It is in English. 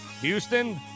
houston